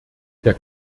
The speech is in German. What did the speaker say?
der